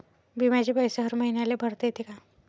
बिम्याचे पैसे हर मईन्याले भरता येते का?